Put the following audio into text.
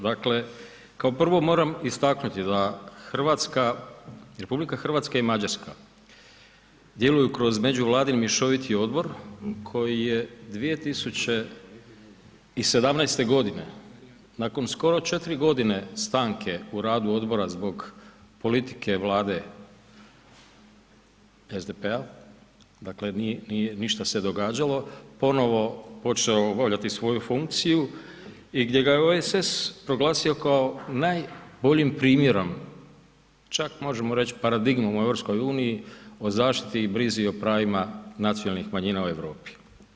Dakle, kao prvo moram istaknuti da RH i Mađarska djeluju kroz međuvladin mješoviti odbor koji je 2017. godine nakon skoro 4 godine stanke u radu odbora zbog politike vlade SDP-a dakle ništa se nije događalo, ponovo počeo obavljati svoju funkciju i gdje ga je OSS proglasio kao najboljim primjerom, čak možemo reći paradigmom u EU o zaštiti i brizi i o pravima nacionalnih manjina u Europi.